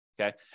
Okay